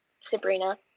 sabrina